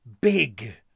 big